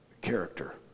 character